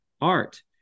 art